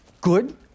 good